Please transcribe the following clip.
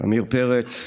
עמיר פרץ,